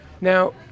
now